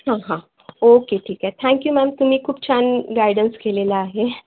हां हां ओके ठीक आहे थँक्यू मॅम तुम्ही खूप छान गायडन्स केलेला आहे